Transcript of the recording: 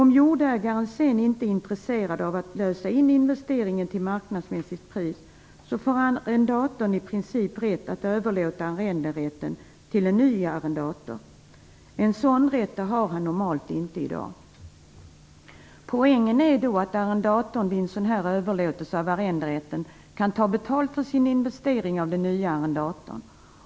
Om jordägaren senare inte är intresserad av att lösa in investeringen till marknadsmässigt pris, så får arrendatorn i princip rätt att överlåta arrenderätten till en ny arrendator. En sådan rätt har han normalt inte i dag. Poängen är att arrendatorn vid en sådan här överlåtelse av arrenderätten kan ta betalt för sin investering av den nye arrendatorn.